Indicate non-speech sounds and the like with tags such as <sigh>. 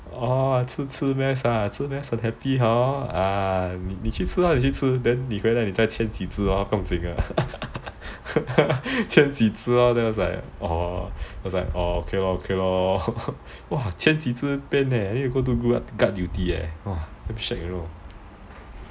哦吃吃啊吃很 happy hor 啊你你去吃 lor 你去吃 then 你回来再签几支 lor 不用紧的 <laughs> 签几支哦 then I was like !wah! oh okay lor okay lor 哇签几只 pen eh then you go to to guard duty eh damn shag you know